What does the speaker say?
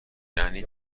یعنی